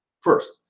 first